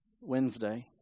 Wednesday